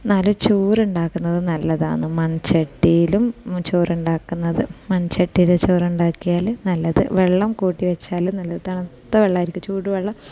എന്നാലും ചോറുണ്ടാക്കുന്നത് നല്ലതാണ് മൺചട്ടിയിലും ചോറുണ്ടാക്കുന്നത് മൺചട്ടിയിൽ ചോറുണ്ടാക്കിയാൽ നല്ലത് വെള്ളം കൂട്ടി വെച്ചാലും നല്ലത് തണുത്ത വെള്ളമായിരിക്കും ചൂട് വെള്ളം